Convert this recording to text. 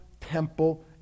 temple